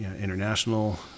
international